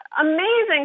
amazing